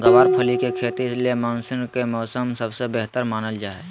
गँवार फली के खेती ले मानसून के मौसम सबसे बेहतर मानल जा हय